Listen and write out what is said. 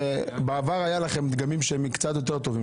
בעבר היו לכם דגמים קצת יותר טובים,